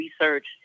research